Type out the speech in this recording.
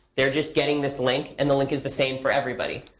they're just getting this link, and the link is the same for everybody.